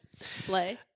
Slay